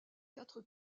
quatre